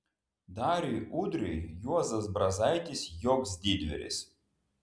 dariui udriui juozas brazaitis joks didvyris